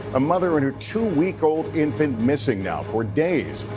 a mother and her two week old infant missing now for days.